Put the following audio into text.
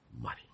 Money